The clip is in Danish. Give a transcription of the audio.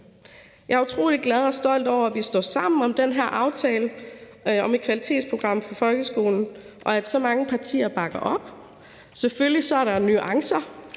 Jeg er utrolig glad for og stolt over, at vi står sammen om den her aftale om et kvalitetsprogram for folkeskolen, og at så mange partier bakker op. Selvfølgelig er der nuancer,